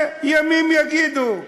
וימים יגידו.